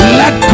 let